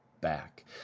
back